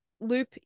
loop